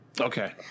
okay